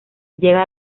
llega